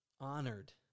honored